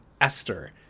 Esther